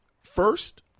First